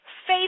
Faith